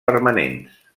permanents